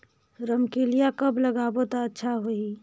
रमकेलिया कब लगाबो ता अच्छा होही?